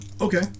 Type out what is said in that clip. Okay